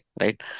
right